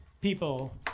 people